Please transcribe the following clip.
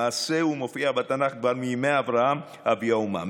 למעשה הוא מופיע בתנ"ך כבר מימי אברהם, אבי האומה.